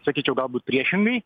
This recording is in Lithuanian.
sakyčiau galbūt priešingai